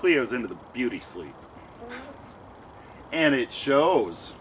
clears into the beauty sleep and it shows